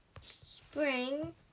Spring